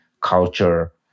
culture